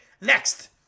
next